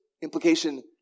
implication